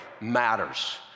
matters